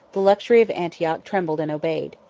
the luxury of antioch trembled and obeyed.